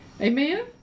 Amen